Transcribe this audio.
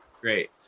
great